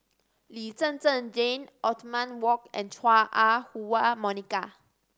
Lee Zhen Zhen Jane Othman Wok and Chua Ah Huwa Monica